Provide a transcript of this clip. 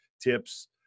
tips